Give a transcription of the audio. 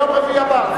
ליום רביעי הבא?